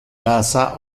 casa